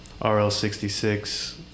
RL66